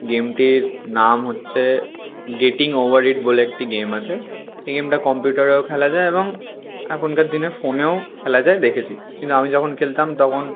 গেমটির নাম হচ্ছে dating overhead বলে একটি গেম আছে এই গেমটা কম্পিউটারেও খেলা যায় এবং এখনকার দিনে ফোনেও খেলা যায় দেখেছি কিন্তু আমি যখন খেলতাম তখন